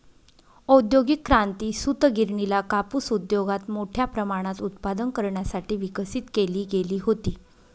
औद्योगिक क्रांती, सूतगिरणीला कापूस उद्योगात मोठ्या प्रमाणात उत्पादन करण्यासाठी विकसित केली गेली होती